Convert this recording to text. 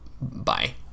Bye